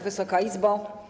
Wysoka Izbo!